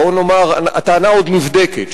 בואו נאמר שהטענה עוד נבדקת,